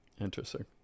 Interesting